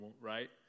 right